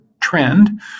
trend